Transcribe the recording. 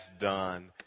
done